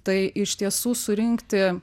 tai iš tiesų surinkti